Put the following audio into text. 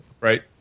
Right